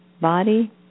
body